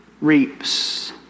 reaps